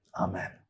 Amen